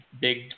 big